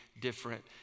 different